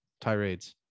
tirades